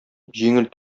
җиңел